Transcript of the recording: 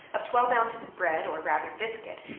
of twelve ounces of bread, or rather biscuit,